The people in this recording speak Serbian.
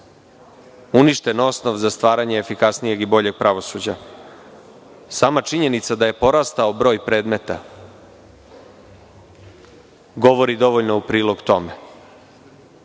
uništen osnov za stvaranje efikasnijeg i boljeg pravosuđa. Sama činjenica da je porastao broj predmeta govori dovoljno u prilog tome,